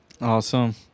Awesome